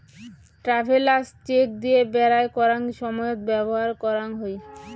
travellers cheque দিয়ে বেরায় করাঙ সময়ত ব্যবহার করাং হই